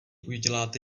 uděláte